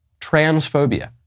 transphobia